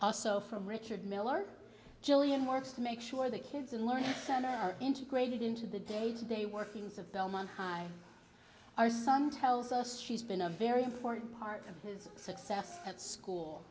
also from richard miller jillian works to make sure the kids are learning integrated into the day to day workings of belmont high our son tells us she's been a very important part of his success at school